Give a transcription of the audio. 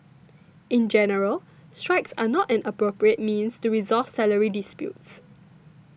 in general strikes are not an appropriate means to resolve salary disputes